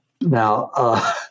Now